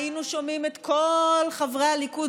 היינו שומעים את כל חברי הליכוד,